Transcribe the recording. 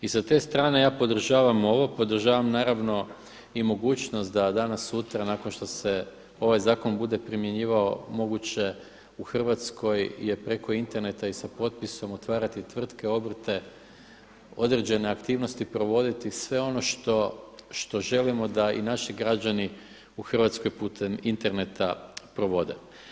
I sa te strane ja podržavam ovo, podržavam naravno i mogućnost da danas sutra nakon što se ovaj zakon bude primjenjivao moguće u Hrvatskoj je preko interneta i sa potpisom otvarati tvrtke, obrte, određene aktivnosti provoditi, sve ono što želimo da i naši građani u Hrvatskoj putem interneta provode.